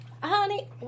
Honey